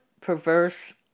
perverse